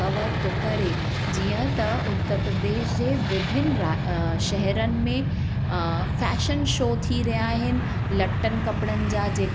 cover थो करे जीअं त उत्तर प्रदेश जे विभिन रा शहरनि में फैशन शो थी रहिया आहिनि लटनि कपिड़नि जा जेका